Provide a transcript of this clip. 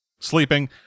Sleeping